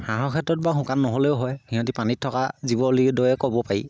হাঁহৰ ক্ষেত্ৰত বাৰু শুকান নহ'লেও হয় সিহঁতে পানীত থকা জীৱ দৰে ক'ব পাৰি